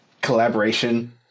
Collaboration